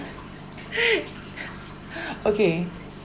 ye~ okay